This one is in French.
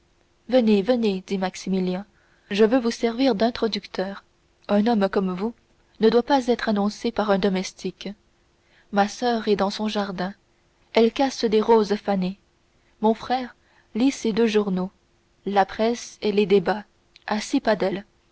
venez venez dit maximilien je veux vous servir d'introducteur un homme comme vous ne doit pas être annoncé par un domestique ma soeur est dans son jardin elle casse des roses fanées mon frère lit ses deux journaux la presse et les débats à six pas